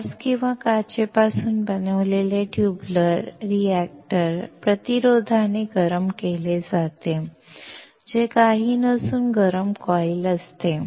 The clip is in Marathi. क्वार्ट्ज किंवा काचेपासून बनविलेले ट्यूबलर रिअॅक्टर प्रतिरोधाने गरम केले जाते जे काहीही नसून गरम कॉइल असते